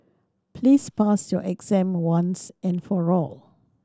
please pass your exam once and for all